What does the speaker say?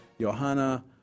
Johanna